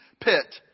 pit